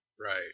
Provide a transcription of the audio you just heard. Right